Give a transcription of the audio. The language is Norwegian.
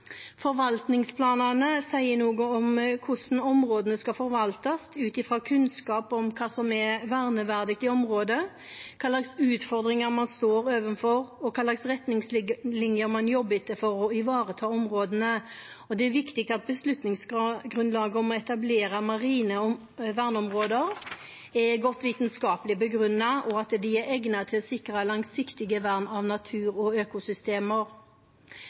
forvaltningsplanene noe om hvordan områdene skal forvaltes ut fra kunnskap om hva som er verneverdige områder, hva slags utfordringer man står overfor, og hvilke retningslinjer man jobber etter for å ivareta områdene. Det er viktig at beslutningsgrunnlaget for å etablere marine verneområder er godt vitenskapelig begrunnet, og at det er egnet til å sikre langsiktig vern av natur og økosystemer.